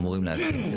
אמורים להקים.